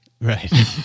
Right